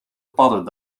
padden